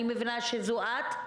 אני מבינה שזאת את.